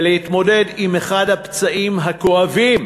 להתמודד עם אחד הפצעים הכואבים